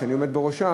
שאני עומד בראשה,